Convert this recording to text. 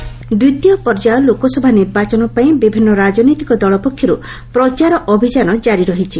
electioneering ଦ୍ୱିତୀୟ ପର୍ଯ୍ୟାୟ ଲୋକସଭା ନିର୍ବାଚନ ପାଇଁ ବିଭିନ୍ନ ରାଜନୈତିକ ଦଳ ପକ୍ଷରୁ ପ୍ରଚାର ଅଭିଯାନ କାରି ରହିଛି